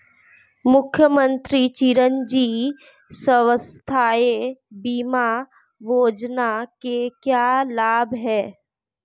मुख्यमंत्री चिरंजी स्वास्थ्य बीमा योजना के क्या लाभ हैं?